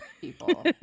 people